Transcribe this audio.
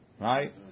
right